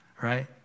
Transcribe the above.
right